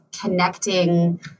connecting